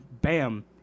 bam